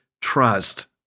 trust